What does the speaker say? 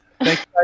Thanks